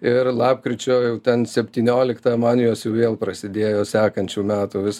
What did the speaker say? ir lapkričio jau ten septynioliktą man jos jau vėl prasidėjo sekančių metų vis